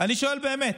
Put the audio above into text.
אני שואל באמת.